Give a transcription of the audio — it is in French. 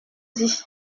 dit